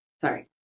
Sorry